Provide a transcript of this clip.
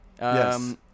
Yes